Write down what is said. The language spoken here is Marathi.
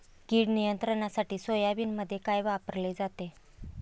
कीड नियंत्रणासाठी सोयाबीनमध्ये काय वापरले जाते?